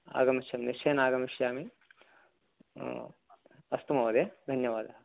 आगमिष्यामि निश्चयेन आगमिष्यामि अस्तु महोदय धन्यवादाः